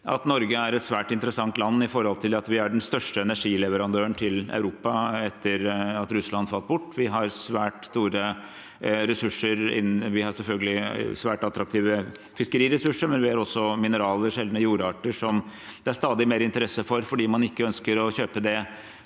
Norge er et svært interessant land siden vi er den største energileverandøren til Europa etter at Russland falt bort. Vi har svært store ressurser, vi har selvfølgelig svært attraktive fiskeriressurser, og vi har også mineraler og sjeldne jordarter som det er stadig mer interesse for fordi man ikke nødvendigvis ønsker å kjøpe dem